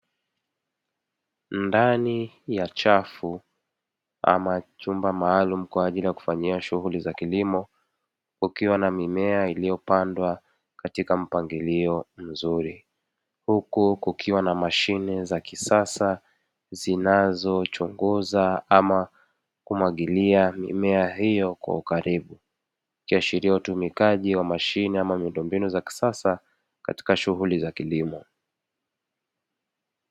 Ndani ya chafu ama chumba maalumu kwa ajili ya kufanyia shughuli za kilimo kukiwa na mimea iliyopandwa katika mpangilio mzuri, huku kukiwa na mashine za kisasa zinazochunguza ama kumwagilia mimea hiyo kwa ukaribu. Ikiashiria utumikaji wa mashine ama miundombinu za kisasa katika shughuli za kilimo.